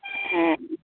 ᱦᱮᱸ